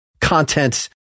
content